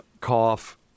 cough